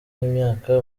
imyaka